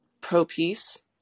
pro-peace